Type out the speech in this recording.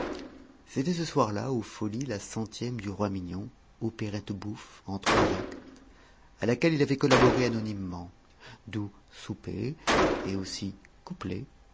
c'était ce soir-là aux folies la centième du roi mignon opérette bouffe en trois actes à laquelle il avait collaboré anonymement d'où souper et aussi couplets